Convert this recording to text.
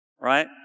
Right